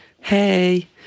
Hey